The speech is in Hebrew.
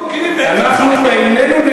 אתם לא מכירים בהם,